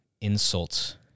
insults